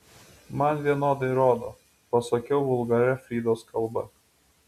man vienodai rodo pasakiau vulgaria fridos kalba